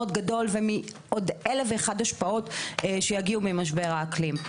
גדול ומעוד 1,001 השפעות שיגיעו ממשבר האקלים.